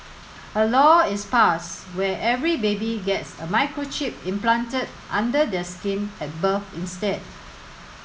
a law is passed where every baby gets a microchip implanted under their skin at birth instead